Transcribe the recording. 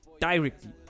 directly